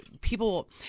people